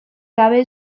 gabe